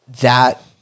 that-